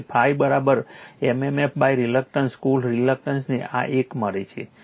તેથી ∅ m m f reluctance કુલ રિલક્ટન્સને આ એક મળશે